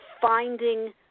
finding